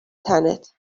تنت